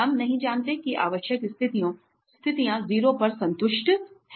हम नहीं जानते कि आवश्यक स्थितियां 0 पर संतुष्ट हैं